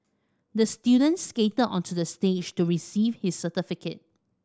the student skated onto the stage to receive his certificate